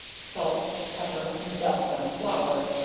salt, pepper, and dust on flour,